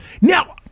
now